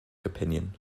opinion